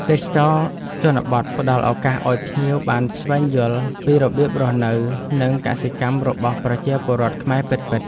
ទេសចរណ៍ជនបទផ្តល់ឱកាសឱ្យភ្ញៀវបានស្វែងយល់ពីរបៀបរស់នៅ និងកសិកម្មរបស់ប្រជាពលរដ្ឋខ្មែរពិតៗ។